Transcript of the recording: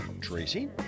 Tracy